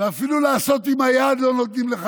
ואפילו לעשות עם היד לא נותנים לך,